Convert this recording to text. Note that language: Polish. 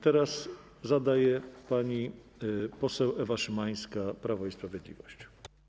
Teraz zada je pani poseł Ewa Szymańska, Prawo i Sprawiedliwość.